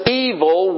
evil